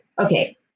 okay